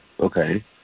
Okay